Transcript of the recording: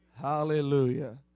hallelujah